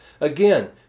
Again